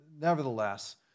nevertheless